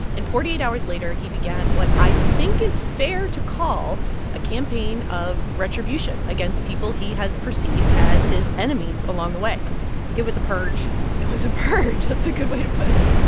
and forty eight hours later, he began what i think is fair to call a campaign of retribution against people he has perceived as his enemies along the way it was a purge it was a purge. that's a good way to put it.